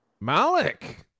Malik